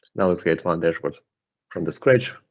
now create one dashboard from the scratch.